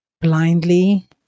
blindly